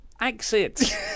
exit